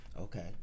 okay